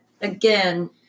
again